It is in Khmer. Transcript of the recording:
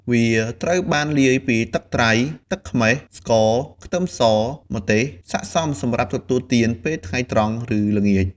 វាត្រូវបានលាយពីទឹកត្រី ទឹកខ្មេះ ស្ករ ខ្ទឹមស ម្ទេស ស័ក្តិសមសម្រាប់ទទួលទានពេលថ្ងៃត្រង់ ឬល្ងាច។